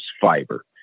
fiber